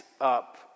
up